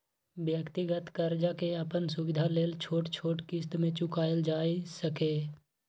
व्यक्तिगत कर्जा के अपन सुविधा लेल छोट छोट क़िस्त में चुकायल जाइ सकेए